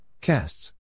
Casts